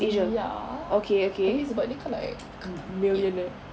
ya tapi sebab dia kan like